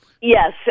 yes